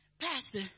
Pastor